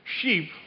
Sheep